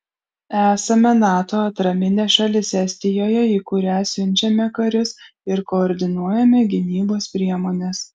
esame nato atraminė šalis estijoje į kurią siunčiame karius ir koordinuojame gynybos priemones